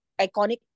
iconic